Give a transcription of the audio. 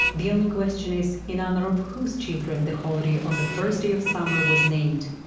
the only question is, in honor of whose children the holiday on the first day of summer was named?